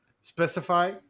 specify